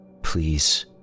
Please